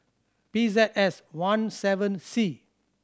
P Z S one seven C